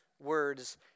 words